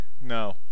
No